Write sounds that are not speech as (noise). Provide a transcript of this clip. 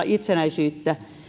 (unintelligible) itsenäisyyttä